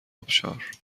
آبشار